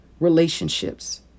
relationships